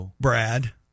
Brad